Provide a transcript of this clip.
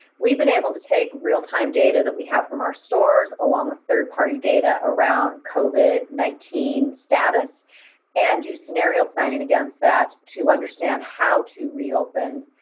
we've been able to take real-time data that we have from our stores along third-party data around covid nineteen status and do scenario planning against that to understand how to reopen,